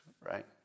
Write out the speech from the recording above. right